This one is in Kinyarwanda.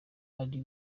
ari